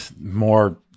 more